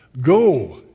Go